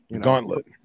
gauntlet